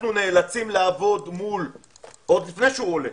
אנחנו נאלצים לעבוד מול הבן אדם - עוד לפני שהוא עולה